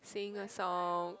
singing a song